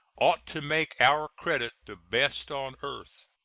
ought to make our credit the best on earth.